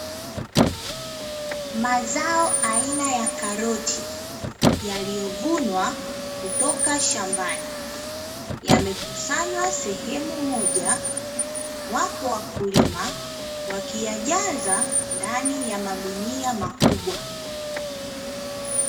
Mazao aina ya karoti yaliyovunwa kutoka shambani yamekusanywa sehemu moja, wapo wakulima wa kiajaza ndani ya magunia makubwa.